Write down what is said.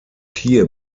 hier